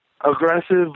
aggressive